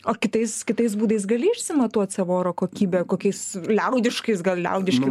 o kitais kitais būdais gali išsimatuot savo oro kokybę kokiais liaudiškais gal liaudiški